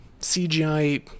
CGI